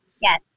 Yes